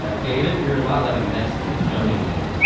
ah david, you're a lot like a mexican jumping bean.